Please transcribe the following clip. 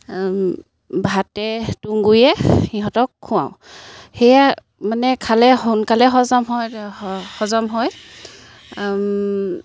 ভাতে তুঁহ গুৰিয়ে সিহঁতক খুৱাওঁ সেয়া মানে খালে সোনকালে হজম হয় হজম হয়